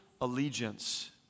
Allegiance